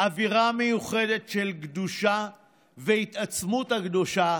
אווירה מיוחדת של קדושה והתעצמות הקדושה